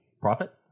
profit